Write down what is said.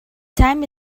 time